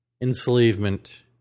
Enslavement